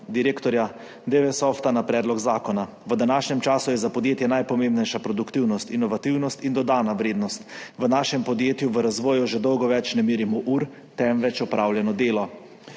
direktorja Dewesofta, na predlog zakona: »V današnjem času je za podjetje najpomembnejša produktivnost, inovativnost in dodana vrednost. V našem podjetju v razvoju že dolgo več ne merimo ur, temveč opravljeno delo.